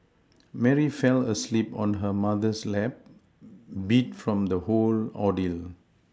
Mary fell asleep on her mother's lap beat from the whole ordeal